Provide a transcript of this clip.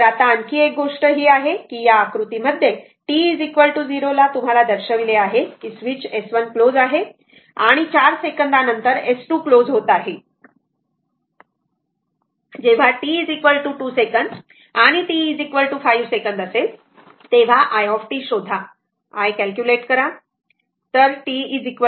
तर आता आणखी एक गोष्ट ही आहे की या आकृतीमध्ये t 0 ला तुम्हाला दर्शविते आहे की स्विच S1 क्लोज आहे आणि 4 सेकंद नंतर S2 क्लोज होत आहे जेव्हा t2 सेकंद आणि t5 सेकंद असेल तेव्हा i t शोधा i कॅल्क्युलेट करा बरोबर